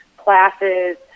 classes